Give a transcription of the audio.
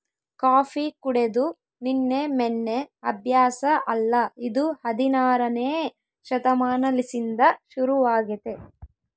coffee ಕುಡೆದು ನಿನ್ನೆ ಮೆನ್ನೆ ಅಭ್ಯಾಸ ಅಲ್ಲ ಇದು ಹದಿನಾರನೇ ಶತಮಾನಲಿಸಿಂದ ಶುರುವಾಗೆತೆ